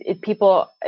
people